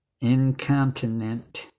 incontinent